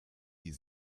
die